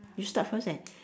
you start first eh